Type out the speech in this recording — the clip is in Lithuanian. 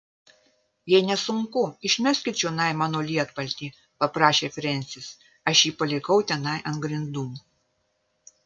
jei nesunku išmeskit čionai mano lietpaltį paprašė frensis aš jį palikau tenai ant grindų